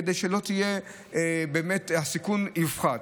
כדי שהסיכון יפחת.